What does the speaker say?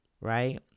right